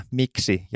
miksi